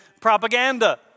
propaganda